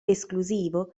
esclusivo